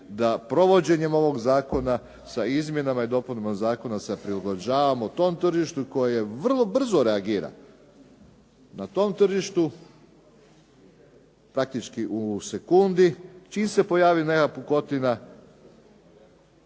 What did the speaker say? i dopunama zakona sa izmjenama i dopunama zakona se prilagođavamo tom tržištu koje vrlo brzo reagira. Na tom tržištu praktički u sekundi, čim se pojavi neka pukotina